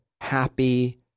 happy